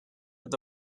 with